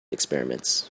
experiments